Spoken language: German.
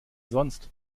sonst